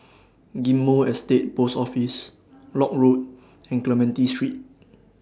Ghim Moh Estate Post Office Lock Road and Clementi Street